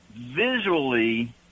visually